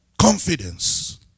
Confidence